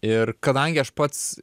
ir kadangi aš pats